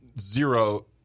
zero